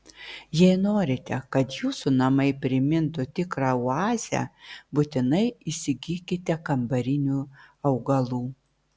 jei norite kad jūsų namai primintų tikrą oazę būtinai įsigykite kambarinių augalų